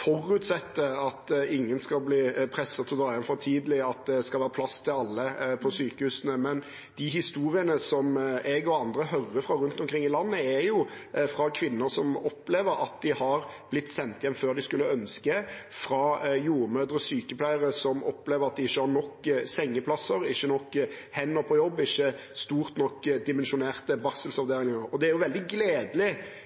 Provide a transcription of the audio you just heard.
forutsetter at ingen skal bli presset til å dra hjem for tidlig, og at det skal være plass til alle på sykehusene. Men de historiene som jeg og andre hører fra rundt omkring i landet, er fra kvinner som opplever at de har blitt sendt hjem før de skulle ønske, fra jordmødre og sykepleiere som opplever at de ikke har nok sengeplasser, ikke har nok hender på jobb og ikke har en stor nok